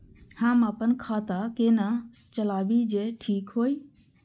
हम अपन खाता केना चलाबी जे ठीक होय?